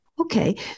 Okay